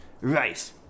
Right